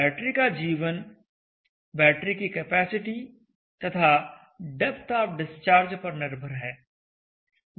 battery का जीवन battery की कैपेसिटी तथा डेप्थ ऑफ़ डिस्चार्ज पर निर्भर है